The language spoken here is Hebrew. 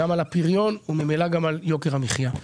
גם על הפריון וגם על יוקר המחייה.